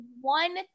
One